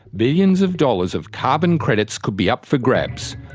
billions of dollars of carbon credits could be up for grabs,